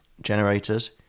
generators